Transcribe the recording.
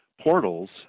portals